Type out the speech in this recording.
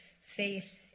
faith